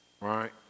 right